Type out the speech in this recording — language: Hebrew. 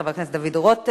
חבר הכנסת דוד רותם.